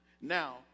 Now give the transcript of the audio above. Now